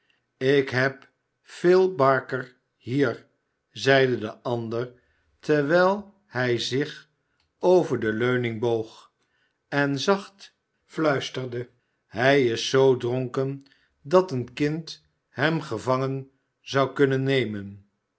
ik heb phil barker hier zeide de ander terwijl hij zich over de leuning boog en zacht fluisterde hij is zoo dronken dat een kind hem gevangen zou kunnen nemen